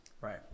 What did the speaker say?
right